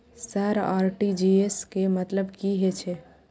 Sir RTGS के मतलब की हे छे?